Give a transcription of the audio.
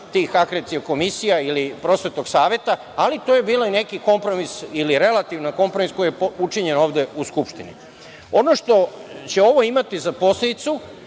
tih akreditacionoih komisija ili Prosvetnog saveta, ali to je bio i neki kompromis ili relativan kompromis učinjen ovde u Skupštini. Ono što će ovo imati za posledicu